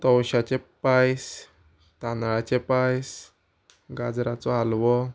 तवश्यांचे पायस तांदळाचे पायस गाजराचो हालवो